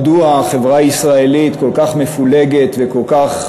מדוע החברה הישראלית כל כך מפולגת וכל כך,